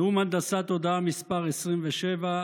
נאום הנדסת תודעה מס' 27,